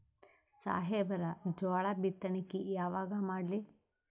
ಸಾಹೇಬರ ಜೋಳ ಬಿತ್ತಣಿಕಿ ಯಾವಾಗ ಮಾಡ್ಲಿ?